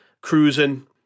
cruising